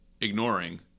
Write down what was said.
ignoring